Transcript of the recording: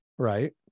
Right